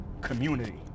community